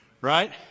Right